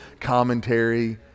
commentary